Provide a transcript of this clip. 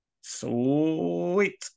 Sweet